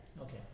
Okay